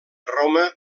roma